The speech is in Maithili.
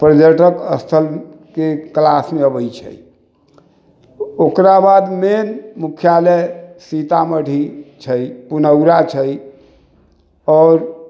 पर्यटक स्थलके क्लासमे अबै छै ओकरा बादमे मुख्यालय सीतामढ़ी छै पुनौरा छै आओर